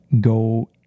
go